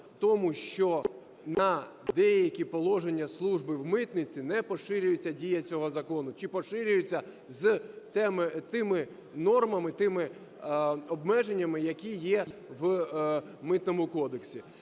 тому, що на деякі положення служби в митниці не поширюється дія цього закону чи поширюється з тими нормами, тими обмеженнями, які є в Митному кодексі.